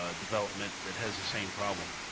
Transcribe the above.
ah development that has the same problem,